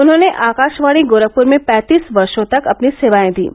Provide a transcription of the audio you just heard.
उन्होंने आकाशवाणी गोरखपुर में पैंतीस व र्णो तक अपॅनी सेवाएं दीं